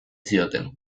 zioten